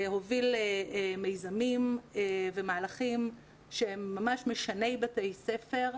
להוביל מיזמים ומהלכים שהם ממש משני בתי ספר,